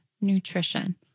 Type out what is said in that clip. Nutrition